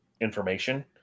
information